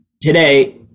today